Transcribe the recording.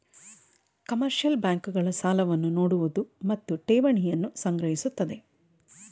commercial bank ಗಳು ಸಾಲವನ್ನು ನೋಡುವುದು ಮತ್ತು ಠೇವಣಿಯನ್ನು ಸಂಗ್ರಹಿಸುತ್ತದೆ